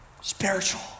Spiritual